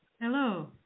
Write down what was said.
Hello